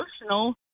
emotional